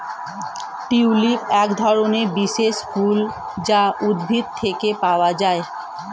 tulip একধরনের বিশেষ ফুল যা উদ্ভিদ থেকে পাওয়া যায়